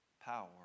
power